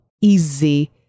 easy